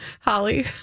holly